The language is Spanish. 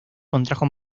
contrajo